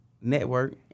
network